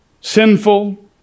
sinful